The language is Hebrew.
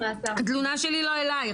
התלונה שלי לא אלייך,